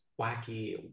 wacky